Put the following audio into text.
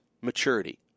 maturity